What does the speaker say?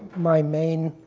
my main